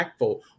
impactful